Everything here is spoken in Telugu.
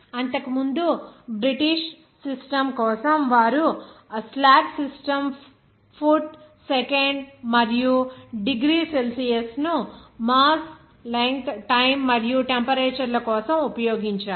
అంతకుముందు బ్రిటిష్ సిస్టమ్ కోసం వారు ఆ స్లాగ్ సిస్టమ్ ఫుట్ సెకండ్ మరియు డిగ్రీ సెల్సియస్ ను మాస్ లెంగ్త్ టైమ్ మరియు టెంపరేచర్ కోసం ఉపయోగించారు